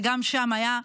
וגם שם היה מלא,